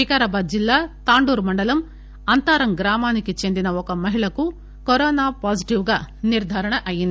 వికారాబాద్ జిల్లా తాండూర్ మండలం అంతారం గ్రామానికి చెందిన ఓ మహిళకు కరొనా పాజిటీవ్ గా నిర్గారణ అయ్యంది